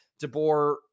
DeBoer